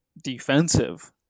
defensive